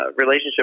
relationship